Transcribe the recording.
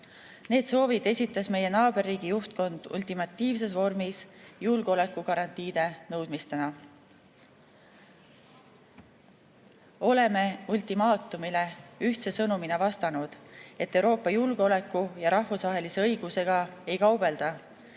Need soovid esitas meie naaberriigi juhtkond ultimatiivses vormis julgeolekugarantiide nõudmistena. Oleme ultimaatumile ühtse sõnumina vastanud, et Euroopa julgeoleku ja rahvusvahelise õigusega ei kaubelda